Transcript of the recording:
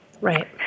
Right